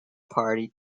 party